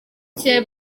kirere